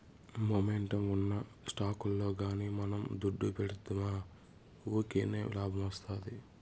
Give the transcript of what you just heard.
momentum ఉన్న స్టాకుల్ల గానీ మనం దుడ్డు పెడ్తిమా వూకినే లాబ్మొస్తాది